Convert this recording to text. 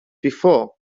before